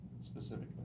specifically